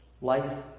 Life